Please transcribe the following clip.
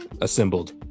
assembled